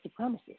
supremacists